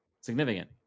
significant